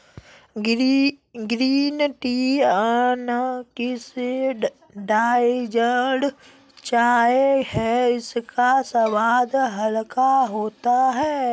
green tea unoxidised चाय है इसका स्वाद हल्का होता है